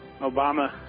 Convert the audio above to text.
Obama